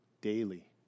daily